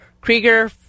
Krieger